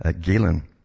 Galen